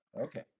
Okay